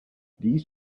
these